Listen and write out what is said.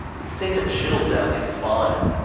it sent a chill down his spine.